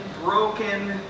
broken